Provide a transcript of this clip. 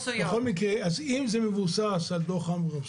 איזה הערה, על איזה מסכן?